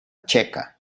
checa